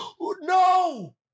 No